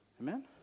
Amen